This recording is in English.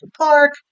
park